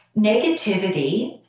negativity